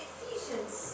Ephesians